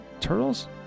Turtles